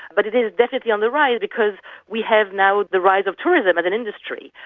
but it is definitely on the rise because we have now the rise of tourism as an industry.